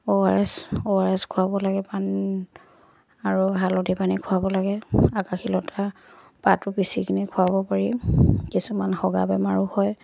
অ' R S O R S খোৱাব লাগে পান আৰু হালধি পানী খুৱাব লাগে আকাশীলতা পাতটো পিচি কিনে খোৱাব পাৰি কিছুমান হগা বেমাৰো হয়